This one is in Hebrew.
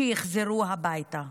שיחזרו הביתה,